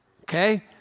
okay